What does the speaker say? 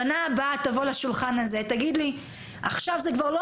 בשנה הבאה תבוא לשולחן הזה ותגיד לי שעכשיו כבר לא